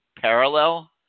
parallel